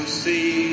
see